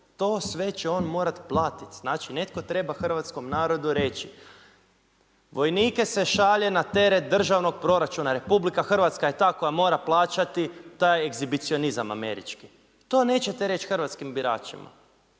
to sve će on morati platiti. Znači netko treba hrvatskom narodu reći vojnike se šalje na teret državnog proračuna. RH je ta koja mora plaćati taj egzibicionizam američki. To nećete reći hrvatskim biračima.